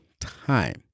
time